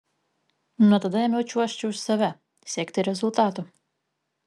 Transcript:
nuo tada ėmiau čiuožti už save siekti rezultatų